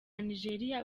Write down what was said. nigeria